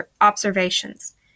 observations